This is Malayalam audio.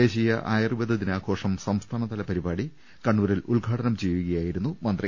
ദേശീയ ആയുർവേദ ദിനാഘോഷം സംസ്ഥാനതല പരിപാടി കണ്ണൂരിൽ ഉദ്ഘാടനം ചെയ്യുകയായിരുന്നു മന്ത്രി